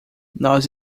nós